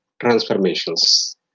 transformations